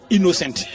Innocent